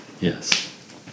Yes